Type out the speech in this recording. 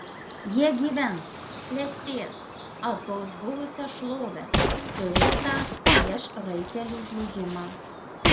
jie gyvens klestės atgaus buvusią šlovę turėtą prieš raitelių žlugimą